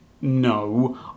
no